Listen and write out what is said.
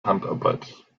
handarbeit